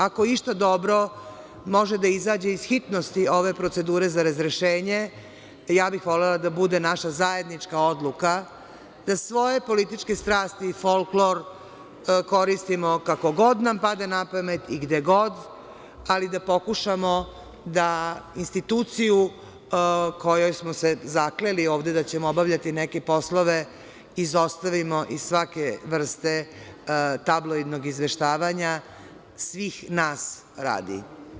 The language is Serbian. Ako išta dobro može da izađe iz hitnosti ove procedure za razrešenje, ja bih volela da bude naša zajednička odluka da svoje političke strasti, folklor koristimo kako god nam padne napamet i gde god, ali da pokušamo da instituciju u kojoj smo se zakleli ovde da ćemo obavljati neke poslove izostavimo iz svake vrste tabloidnog izveštavanja svih nas radi.